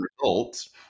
results